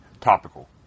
Topical